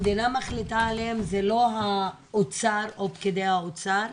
המדינה מחליטה עליהם זה לא האוצר או פקידי האוצר,